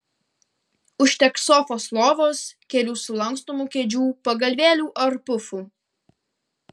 užteks sofos lovos kelių sulankstomų kėdžių pagalvėlių ar pufų